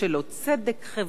צדק חברתי,